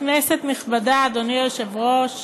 כנסת נכבדה, אדוני היושב-ראש,